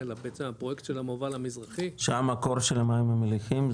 אלא בעצם הפרויקט של המובל המזרחי --- מה המקור של המים המליחים?